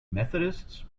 methodists